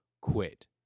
quit